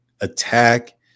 attack